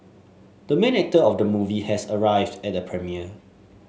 the main actor of the movie has arrived at the premiere